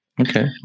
Okay